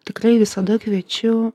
tikrai visada kviečiu